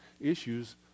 issues